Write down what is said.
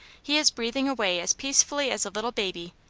he is breath ing away as peacefully as a little baby,